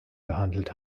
gehandelt